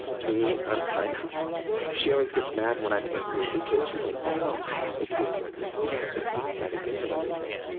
me, i'm kind of she always gets mad when i'm angry at the kids. she's like, no, no, no. i have to be the angry one, you have to be like the soft guy that gives them everything.